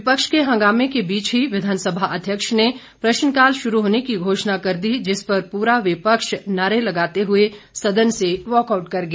विपक्ष के हंगामें के बीच ही विधानसभा अध्यक्ष ने प्रश्नकाल शुरू करने की घोषणा कर दी जिस पर पूरा विपक्ष नारे लगाते हुए सदन से वाकआउट कर गया